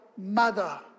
mother